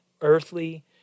earthly